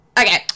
Okay